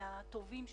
מהטובים שבטובים.